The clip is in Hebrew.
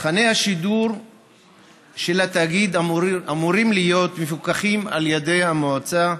תוכני השידור של התאגיד אמורים להיות מפוקחים על ידי המועצה,